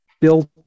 built